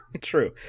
True